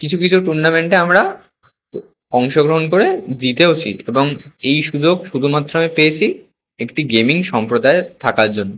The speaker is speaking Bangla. কিছু কিছু টুর্নামেন্টে আমরা অংশগ্রহণ করে জিতেওছি এবং এই সুযোগ শুধুমাত্র আমি পেয়েছি একটি গেমিং সম্প্রদায়ে থাকার জন্য